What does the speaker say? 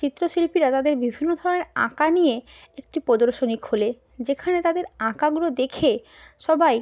চিত্রশিল্পীরা তাদের বিভিন্ন ধরনের আঁকা নিয়ে একটি প্রদর্শনী খোলে যেখানে তাদের আঁকাগুলো দেখে সবাই